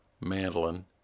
mandolin